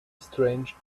strange